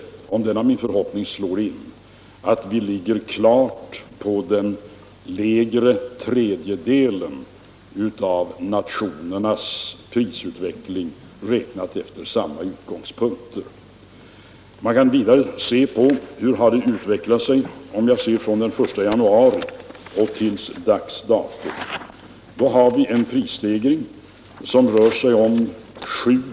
Om denna min förhoppning slår in visar det sig att vi klart ligger i den lägsta tredjedelen vid en sådan internationell jämförelse av prisutvecklingen. Om man ser på utvecklingen från den 1 januari till dags dato visar det sig att vi haft en prisstegring på 7,7 96.